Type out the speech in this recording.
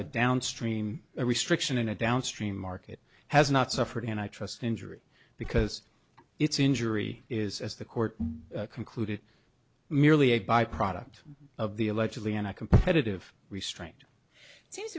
a downstream restriction in a downstream market has not suffered and i trust injury because it's injury is as the court concluded merely a byproduct of the allegedly anti competitive restraint seems